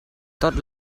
tot